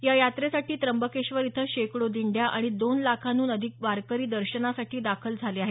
या यात्रेसाठी त्र्यंबकेश्वर इथं शेकडो दिंड्या आणि दोन लाखांहून आधिक वारकरी दर्शनासाठी दाखल झाले आहेत